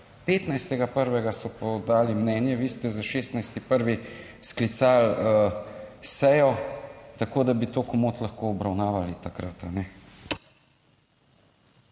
15. 1. so podali mnenje, vi ste za 16. 1. sklicali sejo, tako da bi to »komot« lahko obravnavali takrat.